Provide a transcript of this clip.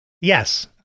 yes